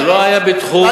זה לא היה בתחום המכס.